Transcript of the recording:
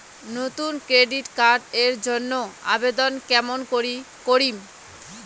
নতুন debit card এর জন্যে আবেদন কেমন করি করিম?